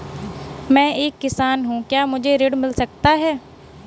मैं एक किसान हूँ क्या मुझे ऋण मिल सकता है?